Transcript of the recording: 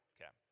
Okay